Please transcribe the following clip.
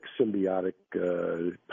symbiotic